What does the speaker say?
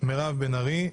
מירב בן ארי.